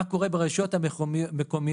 מה קורה ברשויות המקומיות",